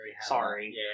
sorry